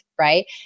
Right